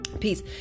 peace